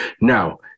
Now